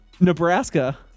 Nebraska